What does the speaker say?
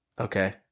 Okay